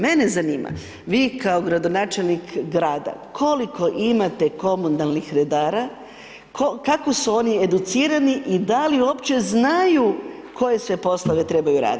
Mene zanima vi kao gradonačelnik grada koliko imate komunalnih redara, kako su oni educirani i da li opće znaju koje sve poslove trebaju raditi?